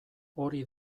hori